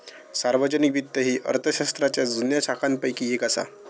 सार्वजनिक वित्त ही अर्थशास्त्राच्या जुन्या शाखांपैकी येक असा